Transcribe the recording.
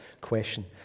question